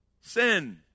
Sin